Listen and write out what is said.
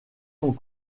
sont